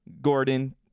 Gordon